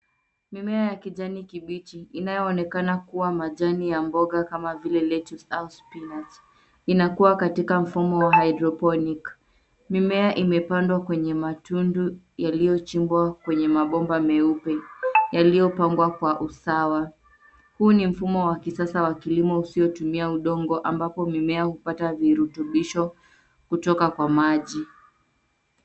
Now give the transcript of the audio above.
Mimea ya kijani kibichi inayoonekana kuwa majani ya mboga kama vile lettuce au spinach . Inakua katika mfumo wa hydroponic . Mimea imepandwa kwenye matundu yaliyochimbwa kwenye mabomba meupe, yaliyopangwa kwa usawa. Huu ni mfumo wa kisasa wa kilimo usiotumia udongo ambapo mimea hupata virutubisho kutoka kwa maji.